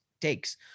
Takes